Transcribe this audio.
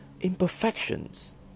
imperfections